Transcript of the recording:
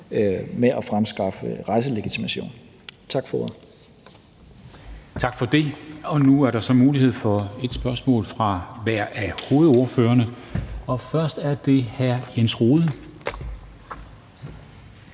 med at fremskaffe rejselegitimation. Tak for ordet.